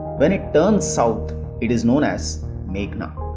when it turns south it is known as meghna